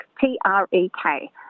T-R-E-K